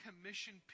commission